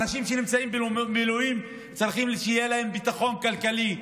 אנשים שנמצאים במילואים צריכים שיהיה להם ביטחון כלכלי,